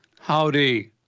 Howdy